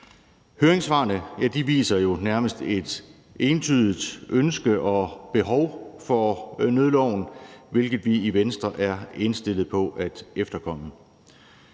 Høringssvarene viser jo nærmest et entydigt ønske om og behov for nødloven, hvilket vi i Venstre er indstillet på at efterkomme.